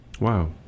Wow